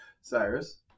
Cyrus